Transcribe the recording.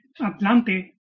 Atlante